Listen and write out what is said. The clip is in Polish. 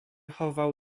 chował